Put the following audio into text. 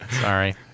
sorry